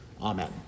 Amen